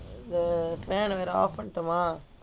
so fan வேற:vera off பண்ணிட்டோமா:pannittomaa